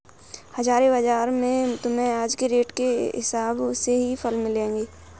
हाजिर बाजार में तुम्हें आज के रेट के हिसाब से ही फल मिलेंगे